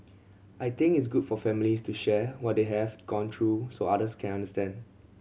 I think it's good for families to share what they have gone through so others can understand